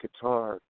guitar